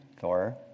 Thor